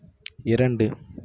இரண்டு